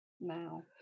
now